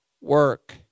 work